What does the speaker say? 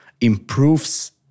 improves